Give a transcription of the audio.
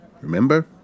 Remember